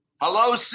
Hello